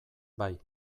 bai